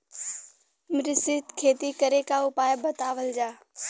मिश्रित खेती करे क उपाय बतावल जा?